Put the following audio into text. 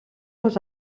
els